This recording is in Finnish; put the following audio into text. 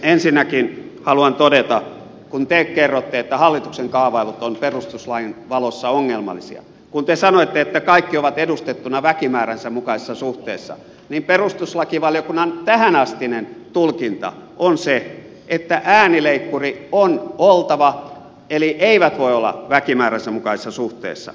ensinnäkin haluan todeta kun te kerrotte että hallituksen kaavailut ovat perustuslain valossa ongelmallisia kun te sanoitte että kaikki ovat edustettuna väkimääränsä mukaisessa suhteessa että perustuslakivaliokunnan tähänastinen tulkinta on se että äänileikkuri on oltava eli ne eivät voi olla väkimääränsä mukaisessa suhteessa